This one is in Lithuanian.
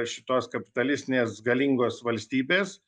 šitos kapitalistinės galingos valstybės